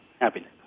Happiness